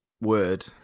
Word